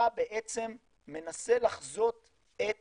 מנסה לחזות את